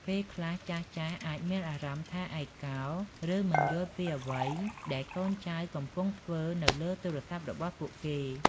ពេលខ្លះ ចាស់ៗអាចមានអារម្មណ៍ថាឯកោ ឬមិនយល់ពីអ្វីដែលកូនចៅកំពុងធ្វើនៅលើទូរស័ព្ទរបស់ពួកគេ។